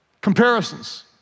Comparisons